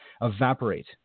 evaporate